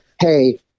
Hey